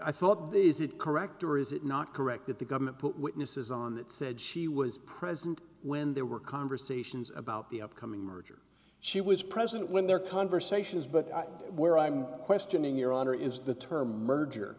i thought this is it correct or is it not correct that the government put witnesses on that said she was present when there were conversations about the upcoming merger she was present when their conversations but where i'm questioning your honor is the term merger